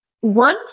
One